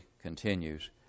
Continues